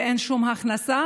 ואין שום הכנסה?